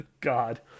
god